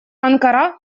анкара